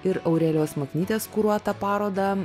ir aurelijos maknytės kuruotą parodą